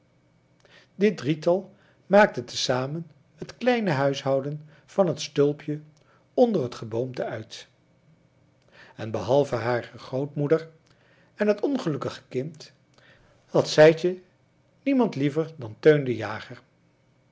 dit drietal maakte te zamen het kleine huishouden van t stulpje onder t geboomte uit en behalve hare grootmoeder en het ongelukkige kind had sijtje niemand liever dan teun den jager